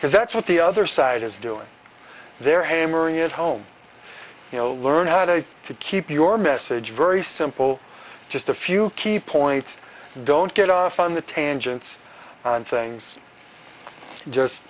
because that's what the other side is doing they're hammering it home you know learn how to say to keep your message very simple just a few key points don't get off on the tangents on things just